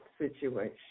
situation